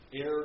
air